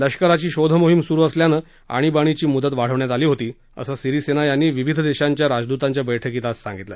लष्कराची शोधमोहीम सुरू असल्यानं आणीबाणीची मुदत वाढवण्यात आली होती असं सिरीसेना यांनी विविध देशांच्या राजदूतांच्या बैठकीत आज सांगितलं